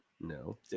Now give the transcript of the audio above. no